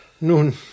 Nun